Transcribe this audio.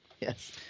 Yes